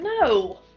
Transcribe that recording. no